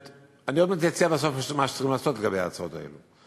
עוד מעט אציע מה צריך לעשות לגבי ההצעות האלה.